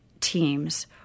teams